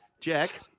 Jack